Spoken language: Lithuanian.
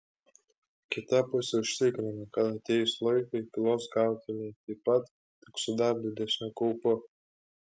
kita pusė užtikrina kad atėjus laikui pylos gautumei taip pat tik su dar didesniu kaupu